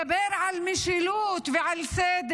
מדבר על משילות ועל סדר,